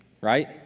right